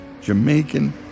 Jamaican